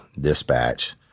Dispatch